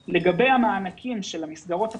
לגבי המענקים של המסגרות הפרטיות,